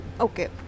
Okay